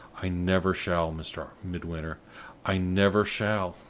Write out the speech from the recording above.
i never shall, mr. midwinter i never shall.